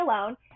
alone